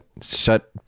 shut